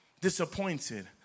disappointed